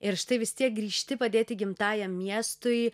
ir štai vis tiek grįžti padėti gimtajam miestui